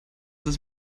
ist